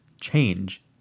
change